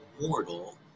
mortal